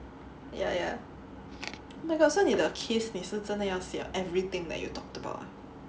ya ya 那个 so 你的 case 你是真的要写 everything that you talked about